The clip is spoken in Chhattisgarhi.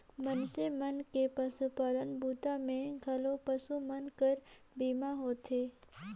मइनसे मन के पसुपालन बूता मे घलो पसु मन कर बीमा होथे